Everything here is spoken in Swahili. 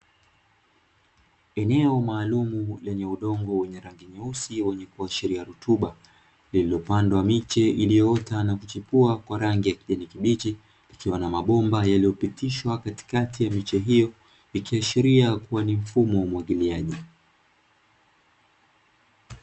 Eneo maalumu lenye udongo wenye rangi nyeusi wenye kuashiria rutuba, lililopandwa miche iliyoota na kuchipua kwa rangi ya kijani kibichi ikiwa na mabomba yaliyopitishwa katikati ya miche hiyo, ikiashiria kuwa ni mfumo wa umwagiliaji.